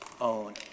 own